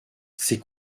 ces